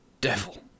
devil